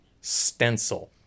stencil